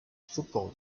football